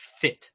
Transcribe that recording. fit